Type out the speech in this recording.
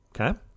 okay